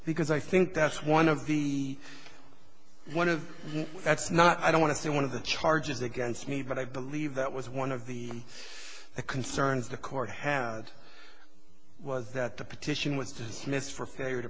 because i think that's one of the one of that's not i don't want to say one of the charges against me but i believe that was one of the concerns the court had was that the petition was just missed for failure to